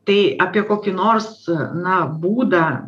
tai apie kokį nors na būdą